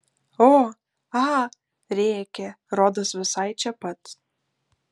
o a rėkė rodos visai čia pat